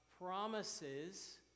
promises